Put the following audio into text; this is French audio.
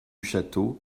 château